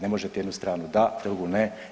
Ne možete jednu stranu da, drugu ne.